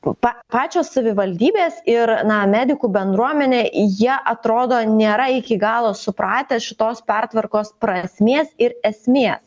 pa pačios savivaldybės ir na medikų bendruomenė jie atrodo nėra iki galo supratę šitos pertvarkos prasmės ir esmės